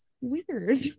weird